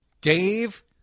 Dave